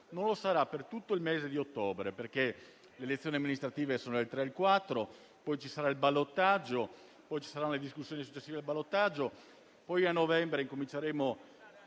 non lo sarà per tutto il mese di ottobre, perché le elezioni amministrative cadono il 3 e il 4 ottobre, poi ci sarà il ballottaggio, poi ci saranno le discussioni successive al ballottaggio, poi immagino che a novembre inizieremo